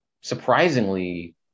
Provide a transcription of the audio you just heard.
surprisingly